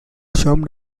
summed